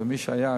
אבל מי שהיה,